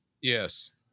Yes